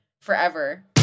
forever